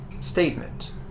Statement